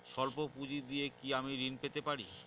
সল্প পুঁজি দিয়ে কি আমি ঋণ পেতে পারি?